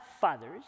fathers